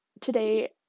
today